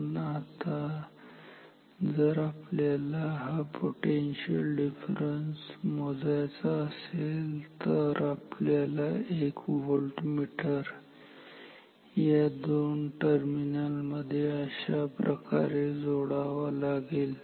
पण आता जर आपल्याला हा पोटेन्शियल डिफरन्स व्होल्टमीटर वापरून मोजायचा असेल तर आपल्याला एक व्होल्टमीटर या दोन टर्मिनल मध्ये अशाप्रकारे जोडावा लागेल